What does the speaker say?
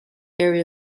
area